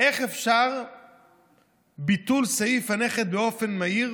איך אפשר ביטול סעיף הנכד באופן מהיר